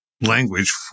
language